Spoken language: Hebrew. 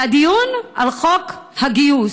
והדיון על חוק הגיוס.